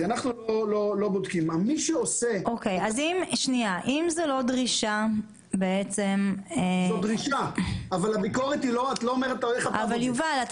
אם זה בעצם לא דרישה --- זאת דרישה אבל הביקורת --- יובל,